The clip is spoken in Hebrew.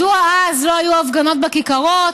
מדוע אז לא היו הפגנות בכיכרות?